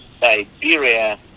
Siberia